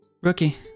Rookie